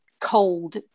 cold